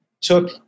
took